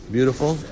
Beautiful